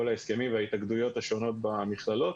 ההסכמים וההתאגדויות השונות במכללות.